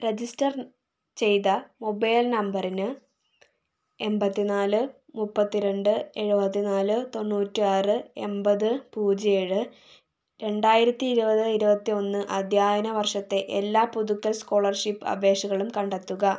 register ചെയ്ത mobile നമ്പറിന് എൺപത്തി നാല് മുപ്പത്തി രണ്ട് എഴുപത്തി നാല് തൊണ്ണൂറ്റി ആറ് എൺപത് പൂജ്യം ഏഴ് രണ്ടായിരത്തി ഇരുപത് ഇരുപത്തി ഒന്ന് അധ്യയന വർഷത്തെ എല്ലാ പുതുക്കൽ സ്കോളർഷിപ്പ് അപേക്ഷകളും കണ്ടെത്തുക